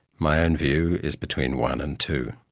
my and view is between one and two.